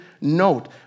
note